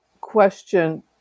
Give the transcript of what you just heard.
question